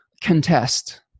contest